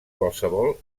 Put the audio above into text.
qualsevol